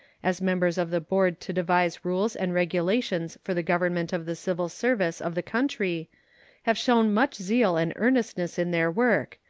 as members of the board to devise rules and regulations for the government of the civil service of the country have shown much zeal and earnestness in their work,